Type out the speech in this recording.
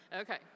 Okay